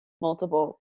multiple